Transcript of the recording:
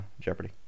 Jeopardy